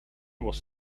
was